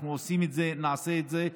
אנחנו עושים את זה, נעשה את זה.